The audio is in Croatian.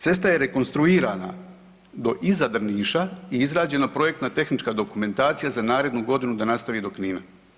Cesta je rekonstruirana do iza Drniša i izrađena projektno tehnička dokumentacija za narednu godinu da nastavi do Knina.